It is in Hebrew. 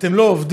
אתם לא עובדים,